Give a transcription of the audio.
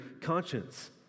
conscience